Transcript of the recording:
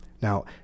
now